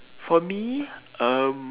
for me um